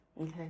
Okay